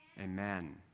Amen